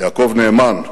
יעקב נאמן,